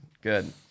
Good